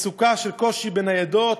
מצוקה וקושי של מחסור בניידות,